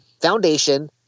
foundation